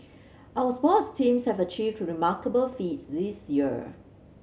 our sports teams have achieved to remarkable feats this year